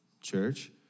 Church